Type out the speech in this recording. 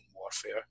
warfare